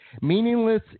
meaningless